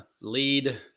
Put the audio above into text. lead